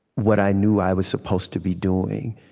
what i knew i was supposed to be doing.